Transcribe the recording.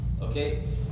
okay